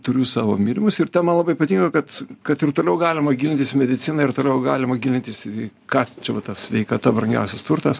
turiu savo mylimus ir ten man labai patinka kad kad ir toliau galima gilintis į mediciną ir toliau galima gilintis į ką va čia ta sveikata brangiausias turtas